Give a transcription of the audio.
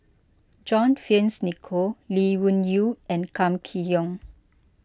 John Fearns Nicoll Lee Wung Yew and Kam Kee Yong